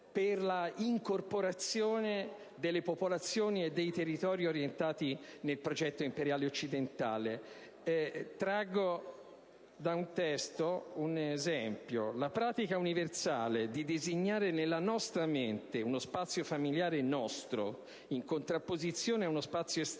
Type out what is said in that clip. per l'incorporazione delle popolazioni e dei territori orientati nel progetto imperiale occidentale. Traggo dal testo un esempio: «La pratica universale di designare nella nostra mente uno spazio familiare nostro, in contrapposizione ad uno spazio esterno